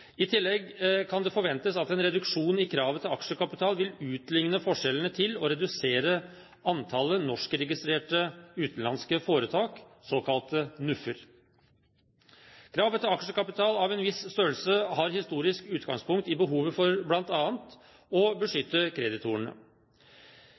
I tillegg kan det forventes at en reduksjon i kravet til aksjekapital vil utligne forskjellene til, og redusere, antall Norskregistrert Utenlandsk Foretak, såkalte NUF-er. Kravet til aksjekapital av en viss størrelse har historisk utgangspunkt i behovet for bl.a. å